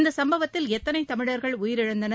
இந்த சம்பவத்தில் எத்தளை தமிழர்கள் உயிரிழந்தனர்